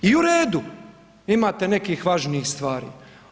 I u redu, imate nekih važnijih stvari.